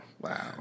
Wow